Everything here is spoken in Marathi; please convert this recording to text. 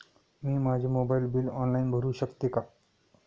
मी माझे मोबाइल बिल ऑनलाइन भरू शकते का?